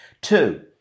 Two